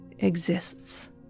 exists